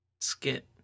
skit